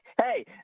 hey